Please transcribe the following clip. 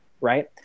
right